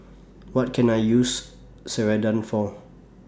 What Can I use Ceradan For